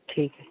ਠੀਕ ਹੈ